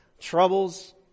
troubles